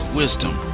wisdom